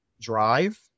drive